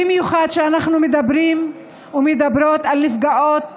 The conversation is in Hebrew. במיוחד כשאנחנו מדברים ומדברות על נפגעות